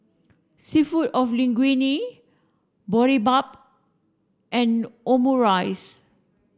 seafood of Linguine Boribap and Omurice